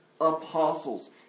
apostles